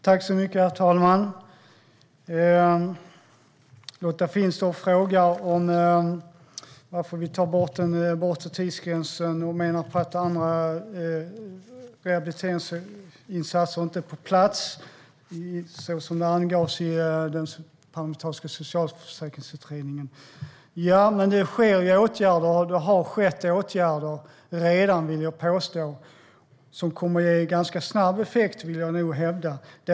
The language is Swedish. Herr talman! Lotta Finstorp frågar varför vi tar bort den bortre tidsgränsen och menar på att andra rehabiliteringsinsatser inte är på plats såsom det angavs i den parlamentariska socialförsäkringsutredningen. Jag vill påstå att det redan har genomförts åtgärder och att det genomförs åtgärder som kommer att ge en ganska snabb effekt, vill jag hävda.